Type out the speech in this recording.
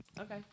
Okay